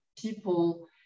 people